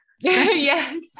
Yes